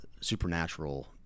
supernatural